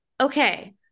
Okay